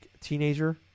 teenager